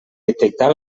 detectar